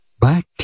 Back